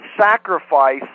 sacrifice